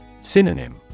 Synonym